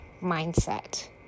mindset